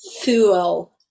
fuel